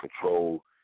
control